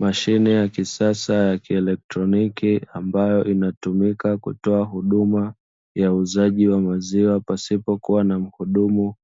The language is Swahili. Mashine ya kisasa ya kielektroniki ambayo inatumika kutoa huduma ya uuzaji wa maziwa pasipokuwa na muhudumu